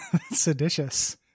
Seditious